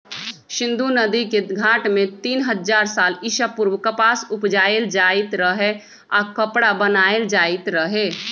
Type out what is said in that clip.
सिंधु नदिके घाट में तीन हजार साल ईसा पूर्व कपास उपजायल जाइत रहै आऽ कपरा बनाएल जाइत रहै